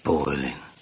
Boiling